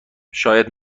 شاید